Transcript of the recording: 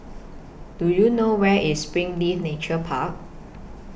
Do YOU know Where IS Springleaf Nature Park